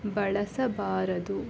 ಬಳಸಬಾರದು